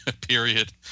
period